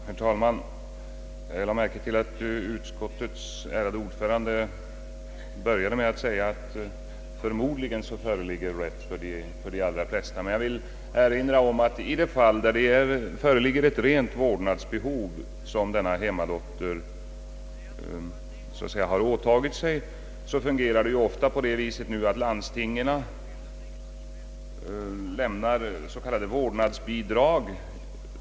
Herr talman! Jag lade märke till att utskottets ärade ordförande började med att säga, att det förmodligen föreligger rätt för de allra flesta. Men jag vill erinra om att i de fail en hemmadotter har åtagit sig att klara ett rent vårdnadsbehov fungerar det för närvarande ofta så att landstingen lämnar s, k. vårdnadsbidrag.